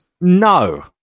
no